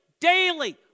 daily